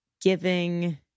giving